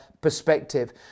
perspective